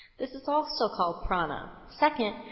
this is also called prana. second,